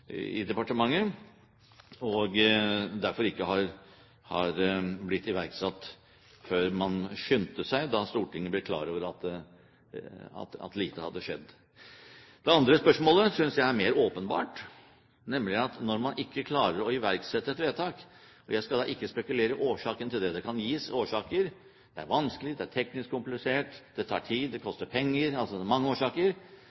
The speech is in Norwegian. departementet, og derfor ikke har blitt iverksatt før man skyndte seg da Stortinget ble klar over at lite hadde skjedd. Det andre spørsmålet synes jeg er mer åpenbart, nemlig når man ikke klarer å iverksette et vedtak – og jeg skal da ikke spekulere i årsaken til det. Det kan gis grunner som at det er vanskelig, det er teknisk komplisert, det tar tid, det